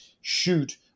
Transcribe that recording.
shoot